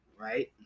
right